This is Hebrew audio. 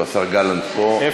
השר גלנט פה.